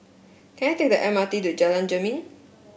can I take the M R T to Jalan Jermin